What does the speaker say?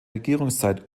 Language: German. regierungszeit